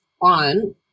on